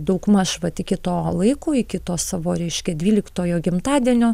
daugmaž vat iki to laiko iki to savo reiškia dvyliktojo gimtadienio